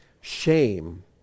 Shame